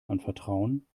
anvertrauen